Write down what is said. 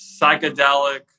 psychedelic